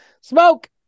Smoke